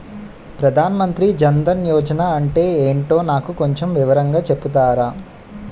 ప్రధాన్ మంత్రి జన్ దన్ యోజన అంటే ఏంటో నాకు కొంచెం వివరంగా చెపుతారా?